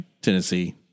Tennessee